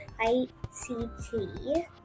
ICT